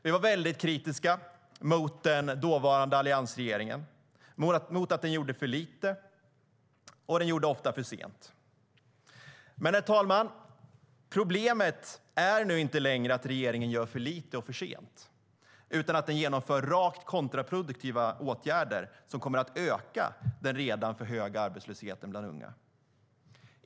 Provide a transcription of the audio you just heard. Vi var väldigt kritiska mot den dåvarande alliansregeringen, mot att den gjorde för lite och ofta för sent. Men problemet är nu inte längre att regeringen gör för lite och för sent utan att den genomför rakt kontraproduktiva åtgärder, som kommer att öka den redan för höga arbetslösheten bland unga.